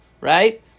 right